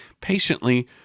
patiently